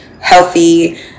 healthy